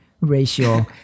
ratio